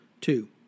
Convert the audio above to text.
Two